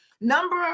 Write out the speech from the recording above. Number